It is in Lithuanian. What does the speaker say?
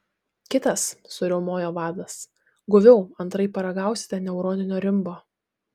kitas suriaumojo vadas guviau antraip paragausite neuroninio rimbo